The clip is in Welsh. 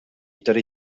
dydy